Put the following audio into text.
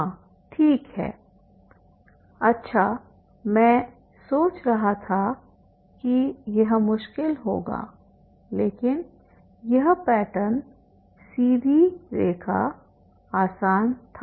हाँ ठीक है अच्छा मैं सोच रहा था कि यह मुश्किल होगा लेकिन यह पैटर्न सीधी रेखा आसान था